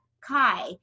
Kai